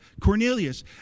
Cornelius